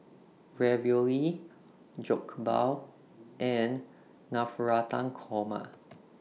Ravioli Jokbal and Navratan Korma